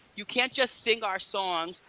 you can't just sing our songs,